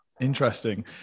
Interesting